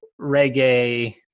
reggae